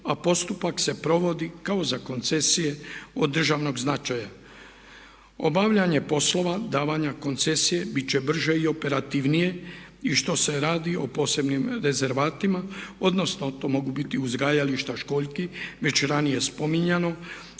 a postupak se provodi kao za koncesije od državnog značaja. Obavljanje poslova davanja koncesije bit će brže i operativnije i što se radi o posebnim rezervatima, odnosno to mogu biti uzgajališta školjki već ranije spominjano